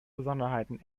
besonderheiten